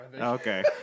Okay